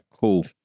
cool